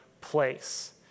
place